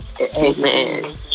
Amen